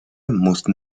mussten